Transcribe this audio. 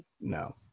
no